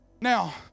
Now